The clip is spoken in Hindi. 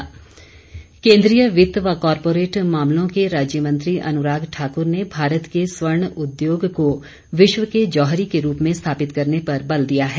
अनुराग केंद्रीय वित्त व कारपोरेट मामले के राज्य मंत्री अनुराग ठाकुर ने भारत के स्वर्ण उद्योग को विश्व के जौहरी के रूप में स्थापित करने पर बल दिया है